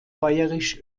bayerisch